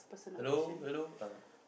hello hello